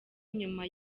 nyuma